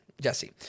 jesse